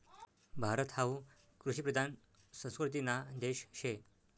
भारत हावू कृषिप्रधान संस्कृतीना देश शे